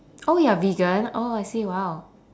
oh you're vegan oh I see !wow!